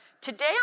Today